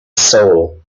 soul